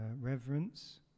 reverence